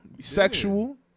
sexual